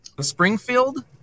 springfield